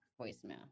voicemail